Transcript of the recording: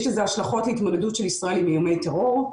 יש לזה השלכות להתמודדות של ישראל עם איומי טרור,